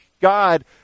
God